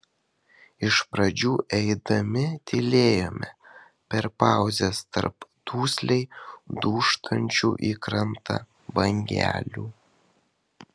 iš pradžių eidami tylėjome per pauzes tarp dusliai dūžtančių į krantą bangelių